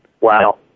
Wow